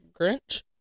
Grinch